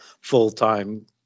full-time